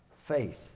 faith